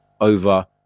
over